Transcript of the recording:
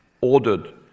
ordered